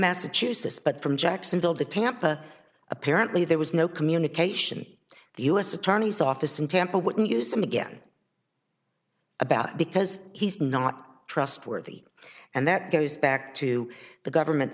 massachusetts but from jacksonville to tampa apparently there was no communication the u s attorney's office in tampa wouldn't use them again about because he's not trustworthy and that goes back to the government